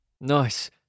Nice